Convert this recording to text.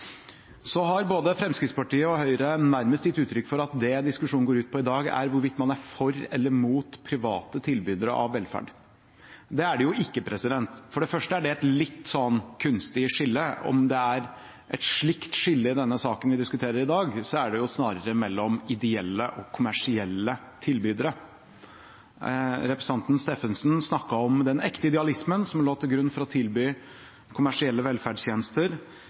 Både Fremskrittspartiet og Høyre har nærmest gitt uttrykk for at det diskusjonen går ut på i dag, er hvorvidt man er for eller mot private tilbydere av velferd. Det er det jo ikke. For det første er det et litt kunstig skille. Om det er et slikt skille i den saken vi diskuterer i dag, er det snarere mellom ideelle og kommersielle tilbydere. Representanten Steffensen snakket om den ekte idealismen som lå til grunn for å tilby kommersielle velferdstjenester.